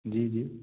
जी जी